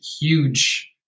huge